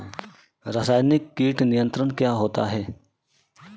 रसायनिक कीट नियंत्रण क्या होता है?